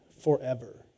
forever